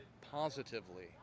positively